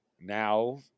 now